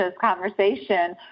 conversation